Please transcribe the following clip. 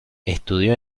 estudió